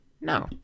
No